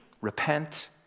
Repent